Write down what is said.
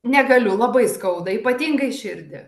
negaliu labai skauda ypatingai širdį